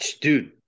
dude